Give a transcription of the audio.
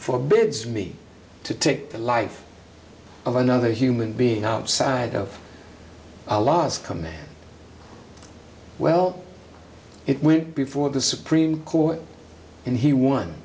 for bids me to take the life of another human being outside of laws coming well it went before the supreme court and he won